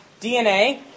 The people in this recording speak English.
DNA